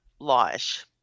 lawish